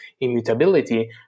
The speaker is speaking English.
immutability